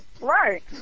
Right